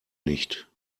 nicht